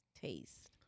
taste